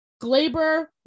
Glaber